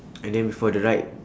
and then before the ride